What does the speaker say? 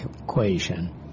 equation